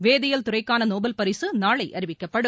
வேதியியல் துறைக்கான நோபல் பரிசு நாளை அறிவிக்கப்படும்